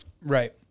Right